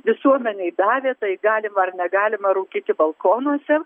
visuomenei davė tai galima ar negalima rūkyti balkonuose